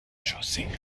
josé